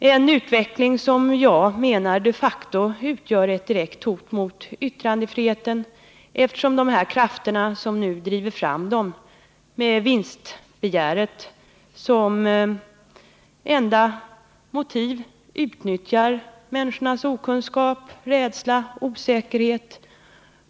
Det är en utveckling som jag menar de facto utgör ett direkt hot mot yttrandefriheten, eftersom de krafter som nu driver fram dem har vinstbegäret som enda motiv och utnyttjar människornas okunskap, rädsla och osäkerhet.